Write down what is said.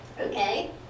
Okay